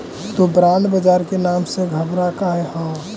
तु बॉन्ड बाजार के नाम से घबरा काहे ह?